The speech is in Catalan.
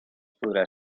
podrà